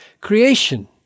creation